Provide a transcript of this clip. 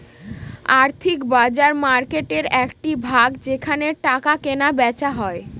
আর্থিক বাজার মার্কেটের একটি ভাগ যেখানে টাকা কেনা বেচা হয়